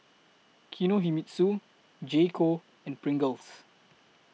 Kinohimitsu J Co and Pringles